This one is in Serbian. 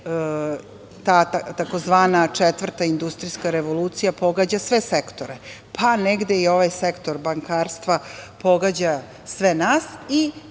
tzv. četvrta industrijska revolucija pogađa sve sektore. Pa negde i ovaj sektor bankarstva pogađa sve nas i